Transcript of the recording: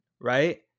right